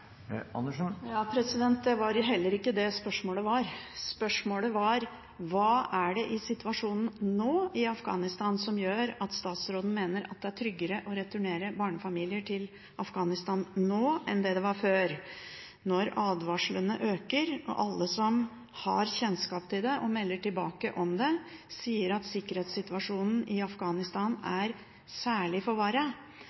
Det var heller ikke det som var spørsmålet. Spørsmålet var: Hva er det i situasjonen i Afghanistan nå som gjør at statsråden mener at det er tryggere å returnere barnefamilier til Afghanistan nå enn det det var før, når advarslene øker, og alle som har kjennskap til det, og melder tilbake om det, sier at sikkerhetssituasjonen i Afghanistan er særlig